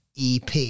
EP